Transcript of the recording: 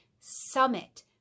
summit